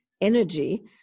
energy